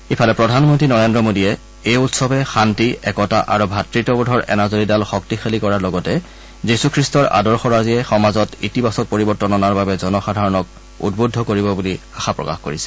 ইফালে প্ৰধানমন্ত্ৰী নৰেন্দ্ৰ মোদীয়ে এই উৎসৱে শান্তি একতা আৰু ভাতৃত্ববধৰ এনাজৰীডাল শক্তিশালী কৰাৰ লগতে যীশুখ্ৰীষ্টৰ আদৰ্শৰাজিয়ে সমাজত এক ইতিবাচক পৰিৱৰ্তন অনাৰ বাবে জনসাধাৰণক উদ্বুদ্ধ কৰিব বুলি আশা প্ৰকাশ কৰিছে